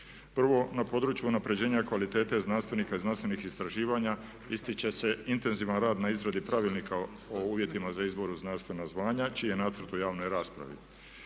Prvo na području unapređenja kvalitete znanstvenika i znanstvenih istraživanja ističe se intenzivan rad na izradi pravilnika o uvjetima za izboru znanstvena zvanja čiji je nacrt u javnoj raspravi.